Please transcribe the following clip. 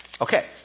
Okay